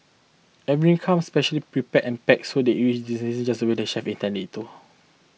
every comes specially prepared and packed so that it reaches its destination just the way the chef intend it to